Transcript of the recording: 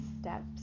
steps